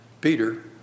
peter